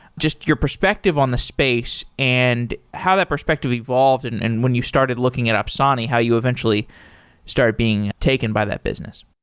just your perspective on the space and how that perspective evolved and and when you started looking at opsani how you eventually started being taken by that business.